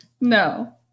No